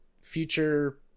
future